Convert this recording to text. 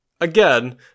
again